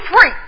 free